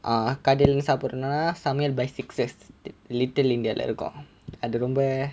uh கடையில் சாப்பிடனும்னா சமையல்:kadaiyil sapudanumna samaiyal by sixers little india இருக்கும் அது ரொம்ப:irukkum athu romba